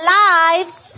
lives